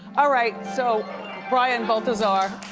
ah right, so brian balthazar